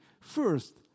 First